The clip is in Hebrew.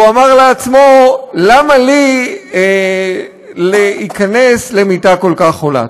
והוא אמר לעצמו: למה לי להיכנס למיטה כל כך חולה.